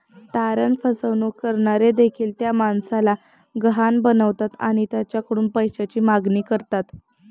तारण फसवणूक करणारे देखील त्या माणसाला गहाण बनवतात आणि त्याच्याकडून पैशाची मागणी करतात